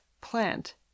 plant